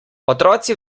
otroci